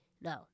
No